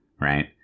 right